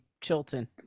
Chilton